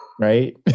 Right